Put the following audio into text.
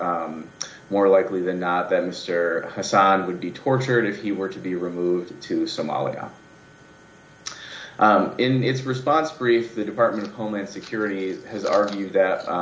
not more likely than not that mr hasan would be tortured if he were to be removed to somalia in his response brief the department of homeland security has argued that